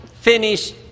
finish